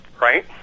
right